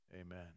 amen